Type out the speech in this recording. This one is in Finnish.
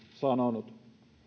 sanonut